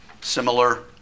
similar